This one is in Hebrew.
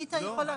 היית יכול להביא,